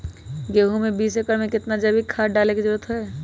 गेंहू में बीस एकर में कितना जैविक खाद डाले के जरूरत है?